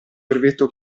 brevetto